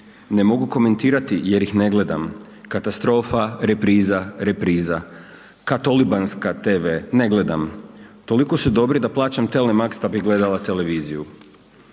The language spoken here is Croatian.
Ne mogu komentirati jer ih ne gledam. Katastrofa, repriza, repriza. Katolibanska tv ne gledam. Toliko su dobri da plaćam TV max da bi gledala televiziju.